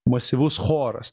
masyvus choras